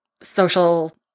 social